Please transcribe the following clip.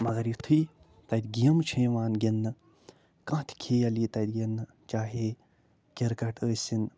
مگر یُتھٕے تَتہِ گیمہٕ چھےٚ یِوان گِنٛدنہٕ کانٛہہ تہِ کھیل یی تَتہِ گِنٛدنہٕ چاہے کِرکَٹ ٲسِن